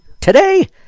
today